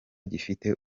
gifite